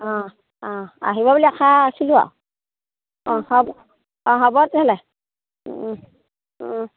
অঁ অঁ আহিবা বুলি আশা আছিলোঁ আৰু অঁ হ'ব অঁ হ'ব তেনেহ'লে